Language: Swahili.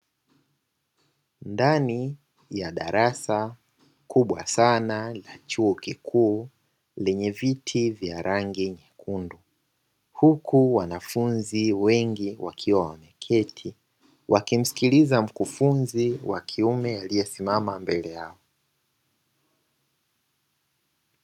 Ndani ya darasa kubwa sana la chuo kikuu lenye viti vya rangi nyekundu, huku wanafunzi wengi wakiwa wameketi wakimsikiliza mkufunzi wa kiume aliyesimama mbele yao.